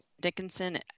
Dickinson